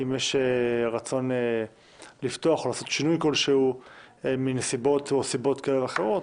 אם יש רצון לפתוח ולעשות שינוי כלשהו מנסיבות או סיבות כאלה ואחרות,